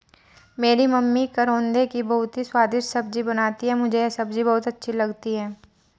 मेरी मम्मी करौंदे की बहुत ही स्वादिष्ट सब्जी बनाती हैं मुझे यह सब्जी बहुत अच्छी लगती है